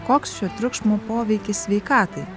koks šio triukšmo poveikis sveikatai